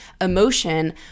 emotion